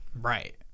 Right